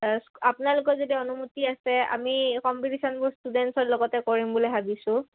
আপোনালোকৰ যদি অনুমতি আছে আমি কম্পিটিশ্য়নবোৰ ষ্টুডেণ্টছৰ লগতে কৰিম বুলি ভাবিছোঁ